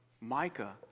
Micah